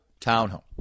townhome